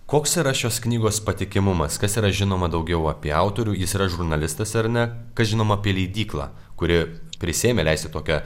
koks yra šios knygos patikimumas kas yra žinoma daugiau apie autorių jis yra žurnalistas ar ne kas žinoma apie leidyklą kuri prisiėmė leisti tokią